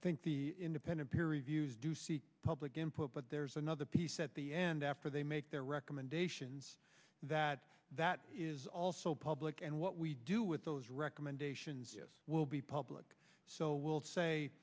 i think the independent peer reviews do seek public input but there's another piece at the end after they make their recommendations that that is also public and what we do with those recommendations yes will be public so we'll say